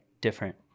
Different